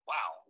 Wow